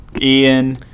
Ian